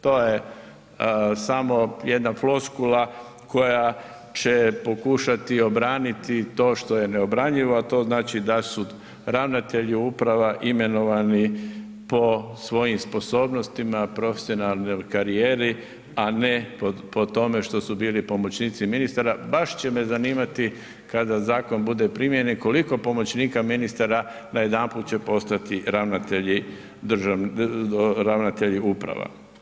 To je samo jedna floskula koja će pokušati obraniti to što je neobranjivo, a to znači da su ravnatelji uprava imenovani po svojim sposobnostima profesionalnoj karijeri, a ne po tome što su bili pomoćnici ministara, baš će me zanimati kada zakon bude u primjeni koliko pomoćnika ministara najedanput će postati ravnatelji uprava.